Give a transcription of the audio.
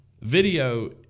Video